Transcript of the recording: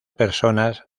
personas